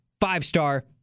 five-star